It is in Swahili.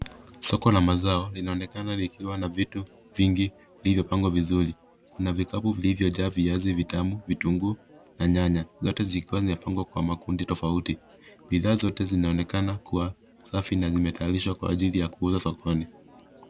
Soko la mazao linaonekana likiwa na vitu vingi vilivyopangwa vizuri. Kuna vikapu vilivyojaa viazi vitamu, vitunguu na nyanya zote zikiwa zimefungwa kwenye makundi tofauti. Bidhaa zote zinaonekana kuwa safi na vimetayarishwa kwa ajili ya kuuza sokoni.